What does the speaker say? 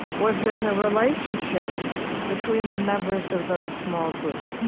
was in the relationships between the members of those small groups,